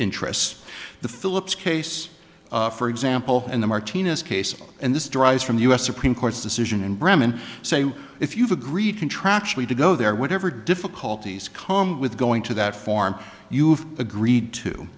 interests the phillips case for example and the martinez case and this derives from the u s supreme court's decision in bremen say if you've agreed contractually to go there whatever difficulties come with going to that form you've agreed to